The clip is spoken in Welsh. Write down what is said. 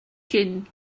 jin